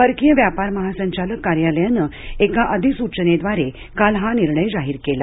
परकीय व्यापार महासंचालक कार्यालयानं एका अधिसूचनेद्वारे काल हा निर्णय जाहीर केला